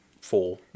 four